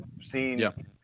seen